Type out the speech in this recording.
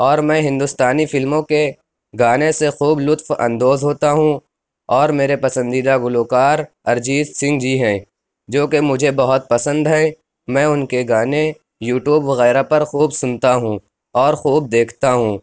اور میں ہندوستانی فلموں کے گانے سے خوب لُطف اندوز ہوتا ہوں اور میرے پسندیدہ گلوکار ارجیت سنگھ جی ہیں جو کہ مجھے بہت پسند ہیں میں اُن کے گانے یوٹوب وغیرہ پر خوب سُنتا ہوں اور خوب دیکھتا ہوں